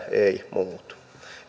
ei muutu